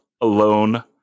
Alone